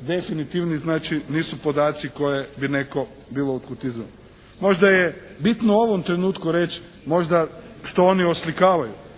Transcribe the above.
definitivni, znači nisu podaci koje bi netko bilo od kud izvadio. Možda je bitno u ovom trenutku reći možda što oni oslikavaju.